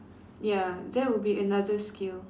ya that would be another skill